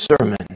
sermon